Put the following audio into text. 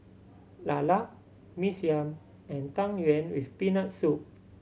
lala Mee Siam and Tang Yuen with Peanut Soup